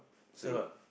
salon